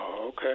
Okay